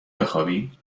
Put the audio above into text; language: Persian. بخوابی